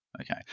okay